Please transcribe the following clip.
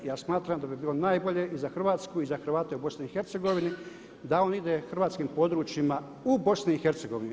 Ja smatram da bi bilo najbolje i za Hrvatsku i za Hrvate u BiH da on ide hrvatskim područjima u BiH.